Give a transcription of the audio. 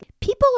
People